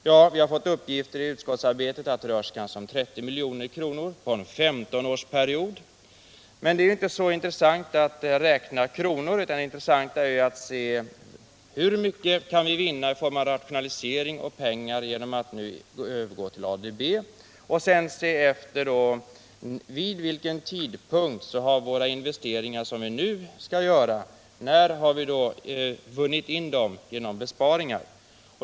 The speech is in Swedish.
Ja, vi har under utskottsarbetet fått uppgiften att det kanske rör sig om 30 milj.kr. underen femtonårsperiod. Men det är inte så intressant att räkna kronor, utan det intressanta är att se hur mycket vi kan vinna i pengar genom en rationalisering och genom att nu övergå till ADB. Vi måste fråga oss vid vilken tidpunkt de investeringar som vi nu skall göra har intjänats genom besparingar.